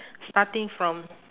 starting from